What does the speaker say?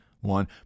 one